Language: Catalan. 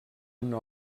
una